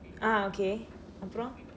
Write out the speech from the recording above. (uh huh) okay அப்புறம:appuram